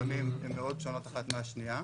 לפעמים הן מאוד שונות אחת מהשנייה.